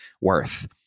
worth